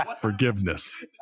Forgiveness